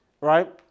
right